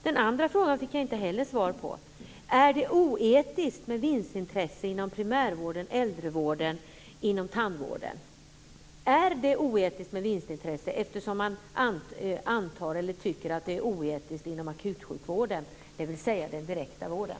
Den andra frågan fick jag inte heller svar på: Är det oetiskt med vinstintresse inom primärvården, äldrevården och tandvården? Är det oetiskt med vinstintresse, eftersom man tycker att det är oetiskt inom akutsjukvården, dvs. den direkta vården?